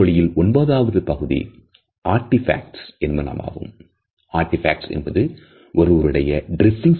உடல் மொழியில் ஒன்பதாவது பகுதி ஆர்டி ஃபேக்ட்ஸ் Artifacts